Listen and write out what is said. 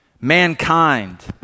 Mankind